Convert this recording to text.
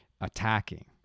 attacking